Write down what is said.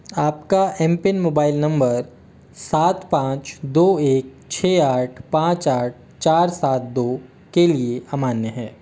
आपका M PIN mobile number सात पाँच दो एक छः आठ पाँच आठ चार सात दो के लिए अमान्य है